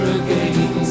again